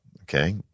okay